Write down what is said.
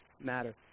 matter